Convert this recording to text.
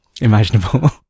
imaginable